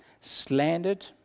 Slandered